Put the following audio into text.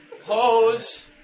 Pose